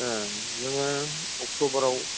ए जोङो अक्ट'बरनि